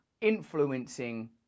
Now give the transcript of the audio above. influencing